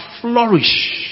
flourish